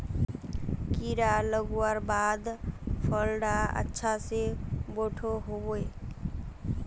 कीड़ा लगवार बाद फल डा अच्छा से बोठो होबे?